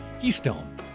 Keystone